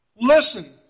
Listen